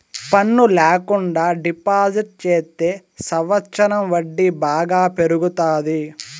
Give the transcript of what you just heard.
పన్ను ల్యాకుండా డిపాజిట్ చెత్తే సంవచ్చరం వడ్డీ బాగా పెరుగుతాది